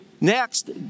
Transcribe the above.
Next